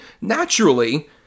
naturally